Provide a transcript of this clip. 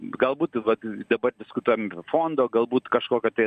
galbūt vat dabar diskutuojam dėl fondo galbūt kažkokio tai